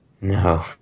No